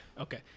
Okay